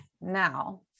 Now